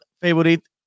favorite